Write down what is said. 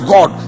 God